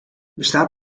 bestaat